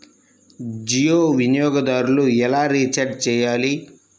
జియో వినియోగదారులు ఎలా రీఛార్జ్ చేయాలి?